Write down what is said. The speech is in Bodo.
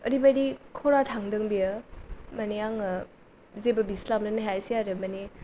ओरैबायदि खरा थांदों बेयो माने आङो जेबो बिस्लाबननो हायासै आरो माने